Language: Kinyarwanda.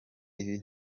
ibi